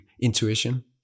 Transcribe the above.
intuition